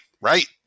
Right